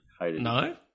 No